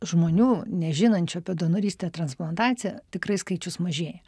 žmonių nežinančių apie donorystę transplantaciją tikrai skaičius mažėja